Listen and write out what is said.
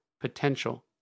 potential